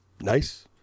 nice